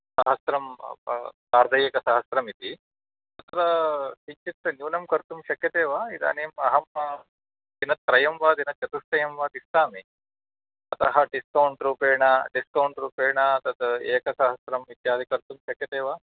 सहस्रं सार्धएकसहस्रम् इति अत्र किञ्चित् न्यूनं कर्तुं शक्यते वा इदानीम् अहम् दिनत्रयं वा दिनचतुष्टयं वा तिष्ठामि अतः डिस्कौण्ट् रूपेण डिस्कौण्ट् रूपेण तत् एकसहस्रं इत्यादि कर्तुं शक्यते वा